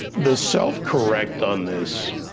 the self-correct on this,